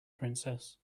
princess